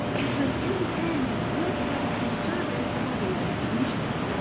because in the end your product or service will be the solution